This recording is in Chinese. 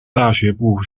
大学部